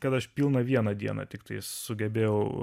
kad aš pilną vieną dieną tiktai sugebėjau